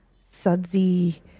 sudsy